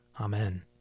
Amen